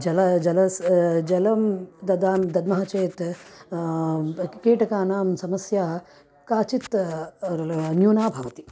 जलं जलं जलं ददाम् दद्मः चेत् पक् कीटकानां समस्या काचित् रुल न्यूना भवति